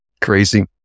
crazy